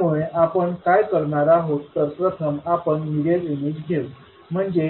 त्यामुळे आपण काय करणार आहोत तर प्रथम आपण मिरर इमेज घेऊ म्हणजे